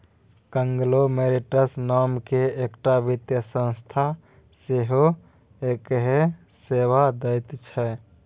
conglomerates नामकेँ एकटा वित्तीय संस्था सेहो इएह सेवा दैत छै